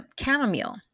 Chamomile